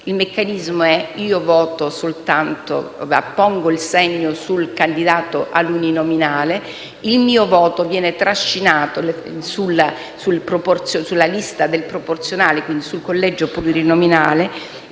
Il meccanismo è che io appongo il segno sul candidato all'uninominale e il mio voto viene trascinato sulla lista del proporzionale, quindi sul collegio plurinominale.